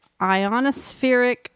ionospheric